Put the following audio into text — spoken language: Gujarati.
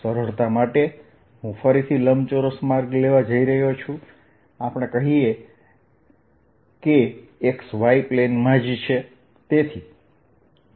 સરળતા માટે હું ફરીથી લંબચોરસ માર્ગ લેવા જઈ રહ્યો છું આપણે કહીએ કે X Y પ્લેનમાં જ છે